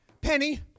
Penny